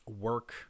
work